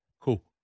cool